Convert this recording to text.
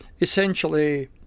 essentially